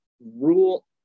rule